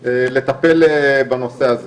לטפל בנושא הזה.